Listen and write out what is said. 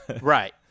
right